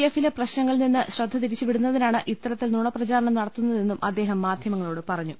എഫിലെ പ്രശ്നങ്ങളിൽനിന്ന് ശ്രദ്ധ തിരിച്ചുവിടുന്നതിനാണ് ഇത്തരത്തിൽ നുണപ്രചാരണം നടത്തുന്നത്തെന്നും അദ്ദേഹം മാധ്യമങ്ങളോട് പറഞ്ഞു